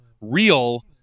real